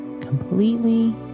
completely